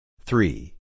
Three